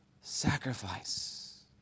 sacrifice